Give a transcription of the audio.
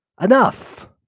Enough